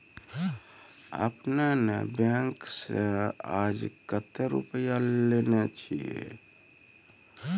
आपने ने बैंक से आजे कतो रुपिया लेने छियि?